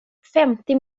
femtio